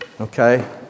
Okay